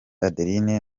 adeline